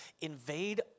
invade